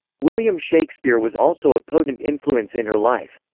william shakespeare was also a potent influence in her life.